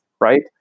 right